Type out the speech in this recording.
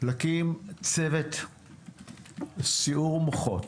להקים צוות סיעור מוחות